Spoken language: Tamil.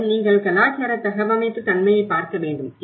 ஆனால் நீங்கள் கலாச்சாரத் தகவமைப்புத் தன்மையைப் பார்க்க வேண்டும்